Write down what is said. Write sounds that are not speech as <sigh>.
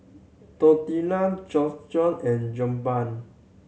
Tortilla <unintelligible> and Jokbal